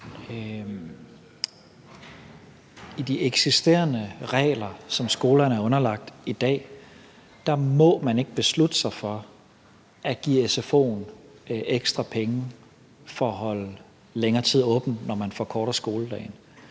de eksisterende regler, som skolerne er underlagt i dag, må man ikke beslutte sig for at give sfo'en nogle ekstra penge for at holde længere tid åbent, når man forkorter skoledagen.